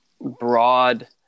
broad